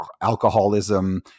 alcoholism